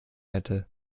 hätte